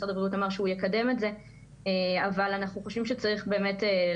משרד הבריאות אמר שהוא יקדם את זה אבל אנחנו חושבים שצריך לעבוד